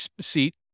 seat